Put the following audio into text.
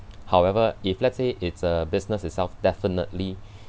however if let's say it's a business itself definitely